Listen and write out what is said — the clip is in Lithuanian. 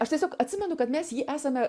aš tiesiog atsimenu kad mes jį esame